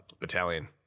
Battalion